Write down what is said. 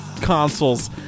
consoles